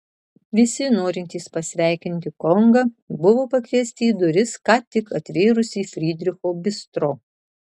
visi norintys pasveikinti kongą buvo pakviesti į duris ką tik atvėrusį frydricho bistro